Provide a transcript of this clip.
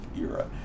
era